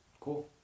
Cool